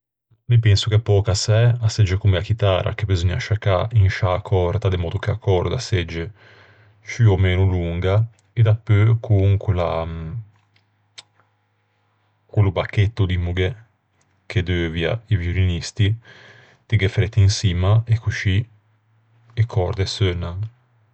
Mi penso che pöcassæ a segge comme a chitara, che beseugna sciaccâ in sciâ còrda, de mòddo che a còrda a segge ciù o meno longa. E dapeu con quella... quello bacchetto dimmoghe, che deuvia i violinisti, ti ghe fretti in çimma, e coscì e còrde seunnan.